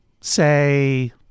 say